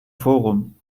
forum